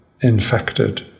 infected